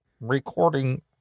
recording